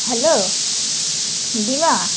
hello Bibha